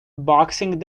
boxing